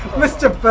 most of